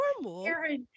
normal